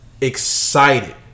excited